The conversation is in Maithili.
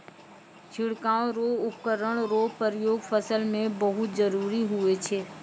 छिड़काव रो उपकरण रो प्रयोग फसल मे बहुत जरुरी हुवै छै